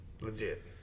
legit